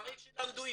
אחרי שלמדו עברית,